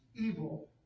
evil